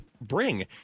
bring